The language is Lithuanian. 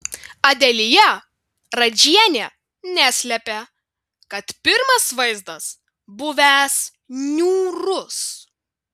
adelija radžienė neslėpė kad pirmas vaizdas buvęs niūrus